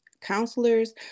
counselors